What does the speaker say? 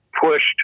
pushed